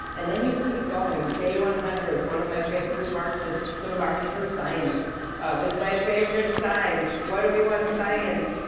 and then you keep going, day one hundred, one of my favorite marches the march for science with my favorite sign, what do we want? science!